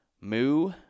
Moo